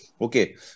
Okay